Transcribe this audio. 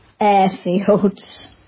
airfields